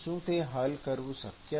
શું તે હલ કરવું શક્ય છે